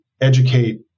educate